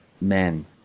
men